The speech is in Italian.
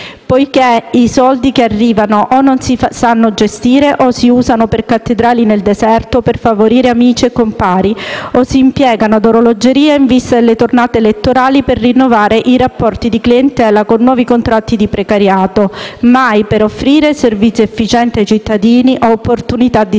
poiché i soldi che arrivano o non si sanno gestire o si usano per cattedrali nel deserto, per favorire amici e compari, o si impiegano ad orologeria, in vista delle tornate elettorali, per rinnovare i rapporti di clientela con nuovi contratti di precariato, ma mai per offrire servizi efficienti ai cittadini e opportunità di sviluppo.